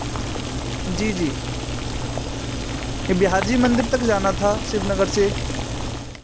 जी जी ये बिहार जी मंदिर तक जाना था शिवनगर से